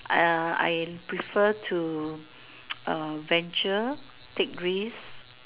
uh I prefer to uh venture take risk